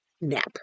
nap